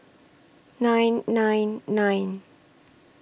nine nine nine